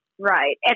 right